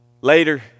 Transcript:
Later